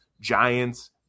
Giants